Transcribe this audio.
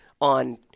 on